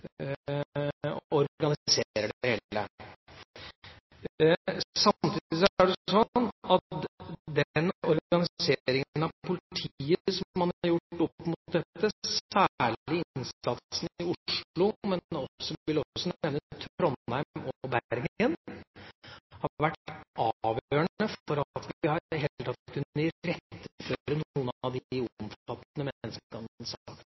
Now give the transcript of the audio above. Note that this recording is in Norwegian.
organiserer det hele. Samtidig er det slik at den organiseringen av politiet man har gjort med tanke på dette, særlig innsatsen i Oslo, men jeg vil også nevne Trondheim og Bergen, har vært avgjørende for at vi i det hele tatt har kunnet iretteføre noen av de omfattende menneskehandelsakene. Det må forsterkes. Replikkordskiftet er dermed omme. De